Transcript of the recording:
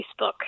Facebook